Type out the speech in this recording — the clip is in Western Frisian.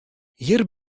hjir